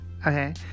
Okay